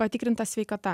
patikrinta sveikata